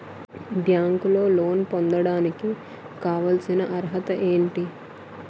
బ్యాంకులో లోన్ పొందడానికి కావాల్సిన అర్హత ఏంటి?